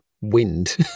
wind